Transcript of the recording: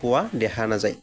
পোৱা দেখা নাযায়